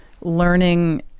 learning